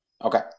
Okay